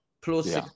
plus